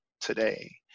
today